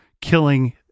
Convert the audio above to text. killing